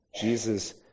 Jesus